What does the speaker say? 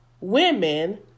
women